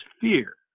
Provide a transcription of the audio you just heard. fear